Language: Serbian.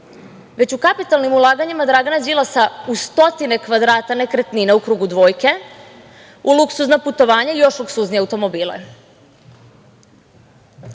već u kapitalnim ulaganjima Dragana Đilasa u stotine kvadrata nekretnina u krugu dvojke, u luksuzna putovanja i još luksuznije automobile. Na